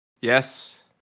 Yes